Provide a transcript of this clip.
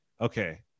okay